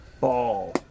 Ball